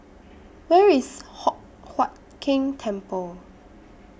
Where IS Hock Huat Keng Temple